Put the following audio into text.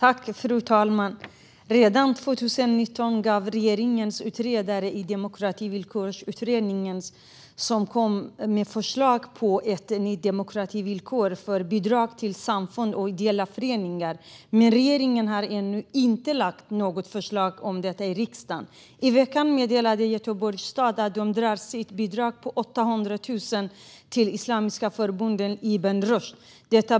Fru talman! Redan 2019 kom regeringens utredare i Demokrativillkorsutredningen med förslag på ett nytt demokrativillkor för bidrag till samfund och ideella föreningar. Men regeringen har ännu inte lagt fram något förslag om detta i riksdagen. I veckan meddelade Göteborgs stad att de drar tillbaka sitt bidrag på 800 000 kronor till det islamiska studieförbundet Ibn Rushd.